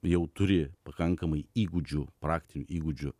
jau turi pakankamai įgūdžių praktinių įgūdžių